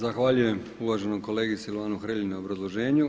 Zahvaljujem uvaženom kolegi Silavnu Hrelji na obrazloženju.